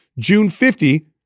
JUNE50